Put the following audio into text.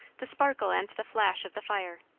the sparkle and the flash of the fire.